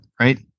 Right